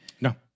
no